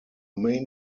main